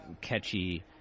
catchy